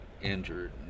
Injured